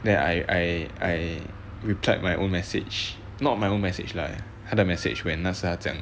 then I I I replied my own message not my own message lah 他的 message when 那时他讲